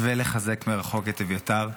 ולחזק מרחוק את אביתר.